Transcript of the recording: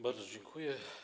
Bardzo dziękuję.